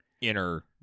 inner